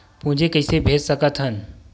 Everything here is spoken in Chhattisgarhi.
पूंजी कइसे भेज सकत हन?